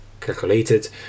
calculated